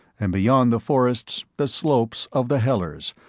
and beyond the forests the slopes of the hellers,